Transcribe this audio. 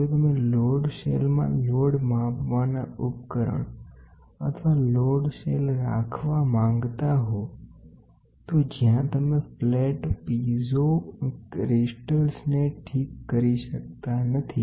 જો તમે લોડ સેલમાં લોડ માપવાના ઉપકરણ અથવા લોડ સેલ રાખવા માંગતા હો તો તે જરા વિચિત્ર છે કે જ્યાં તમે ફ્લેટ પીઝો ક્રિસ્ટલ્સને નિશ્ચિત કરી શકતા નથી